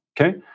okay